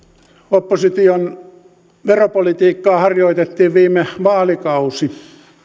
opposition veropolitiikkaa harjoitettiin viime vaalikausi